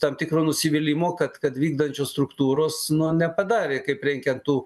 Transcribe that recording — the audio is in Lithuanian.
tam tikro nusivylimo kad kad vykdančios struktūros nu nepadarė kaip reikiant tų